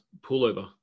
pullover